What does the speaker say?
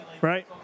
Right